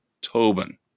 tobin